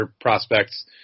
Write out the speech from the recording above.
prospects